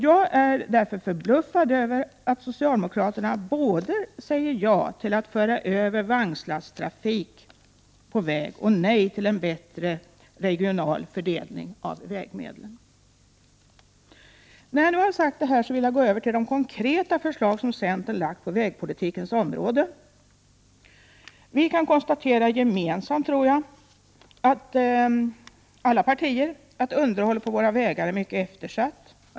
Jag är därför förbluffad över att socialdemokraterna säger ja till att föra över vagnslasttrafik till väg och nej till en bättre regional fördelning av vägmedlen. Jag vill gå över till de konkreta förslag som centern har lagt fram på vägpolitikens område. Vi kan i alla partier gemensamt konstatera att underhållet av våra vägar är mycket eftersatt.